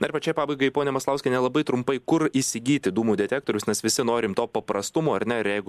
na ir pačiai pabaigai pone maslauskiene labai trumpai kur įsigyti dūmų detektorius nes visi norim to paprastumo ar ne ir jeigu